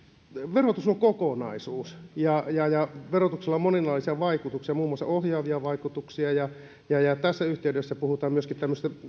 verotus on kokonaisuus verotuksella on moninaisia vaikutuksia muun muassa ohjaavia vaikutuksia ja tässä yhteydessä puhutaan myöskin